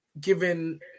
given